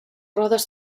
rodes